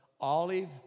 olive